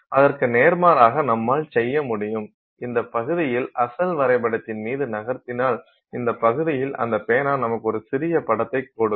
அதற்கு நேர்மாறாக நம்மால் செய்ய முடியும் இந்த பகுதியில் அசல் வரைபடத்தின் மீது நகர்த்தினால் இந்த பகுதியில் அந்த பேனா நமக்கு ஒரு சிறிய படத்தைக் கொடுக்கும்